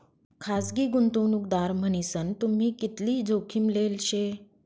खासगी गुंतवणूकदार मन्हीसन तुम्ही कितली जोखीम लेल शे